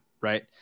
right